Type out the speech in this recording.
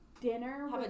dinner